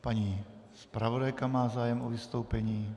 Paní zpravodajka má zájem o vystoupení.